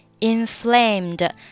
inflamed